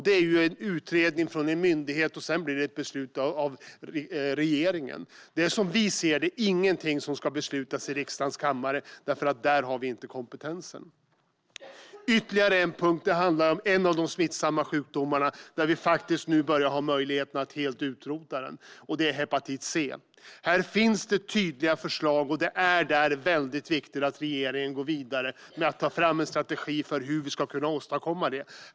Det är en utredning från en myndighet, och sedan blir det ett beslut av regeringen. Det är som vi ser det ingenting som ska beslutas i riksdagens kammare eftersom vi där inte har kompetensen. Jag har ytterligare en punkt. Det handlar om en av de smittsamma sjukdomarna, där vi nu börjar ha möjligheten att helt utrota den. Det gäller hepatit C. Här finns det tydliga förslag. Det är där väldigt viktigt att regeringen går vidare med att ta fram en strategi för hur vi ska kunna åstadkomma det.